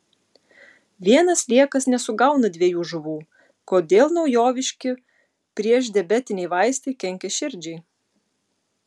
vienas sliekas nesugauna dviejų žuvų kodėl naujoviški priešdiabetiniai vaistai kenkia širdžiai